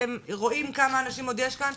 אתם רואים כמה אנשים עוד יש כאן,